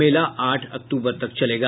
मेला आठ अक्टूबर तक चलेगा